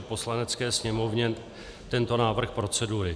Poslanecké sněmovně tento návrh procedury: